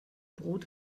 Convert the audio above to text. brot